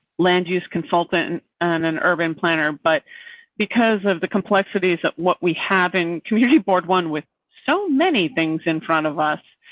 land use consultant and an urban planner, but because of the complexities of what we have and community board one, with so many things in front of us,